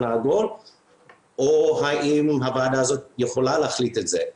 העגול או האם הוועדה הזאת יכולה להחליט על כך.